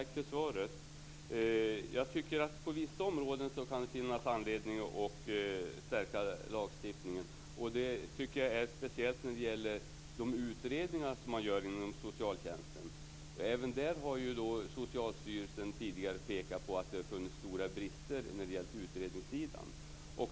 Herr talman! Tack för svaret. På vissa områden kan det finnas anledning att stärka lagstiftningen. Det gäller speciellt de utredningar som görs inom socialtjänsten. Även där har Socialstyrelsen tidigare pekat på att det har funnits stora brister.